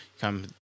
come